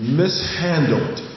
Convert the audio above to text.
mishandled